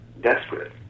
desperate